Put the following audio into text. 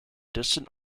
distant